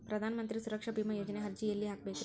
ಪ್ರಧಾನ ಮಂತ್ರಿ ಸುರಕ್ಷಾ ಭೇಮಾ ಯೋಜನೆ ಅರ್ಜಿ ಎಲ್ಲಿ ಹಾಕಬೇಕ್ರಿ?